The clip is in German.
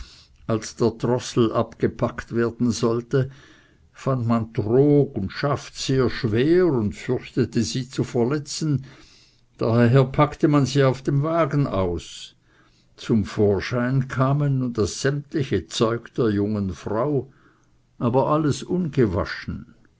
als der trossel abgepackt werden sollte fand man trog und schaft sehr schwer und fürchtete sie zu verletzen daher packte man sie auf dem wagen aus zum vorschein kam nun das sämtliche zeug der jungen frau aber alles ungewaschen